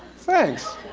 thanks.